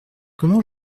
comment